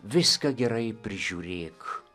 viską gerai prižiūrėk